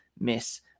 miss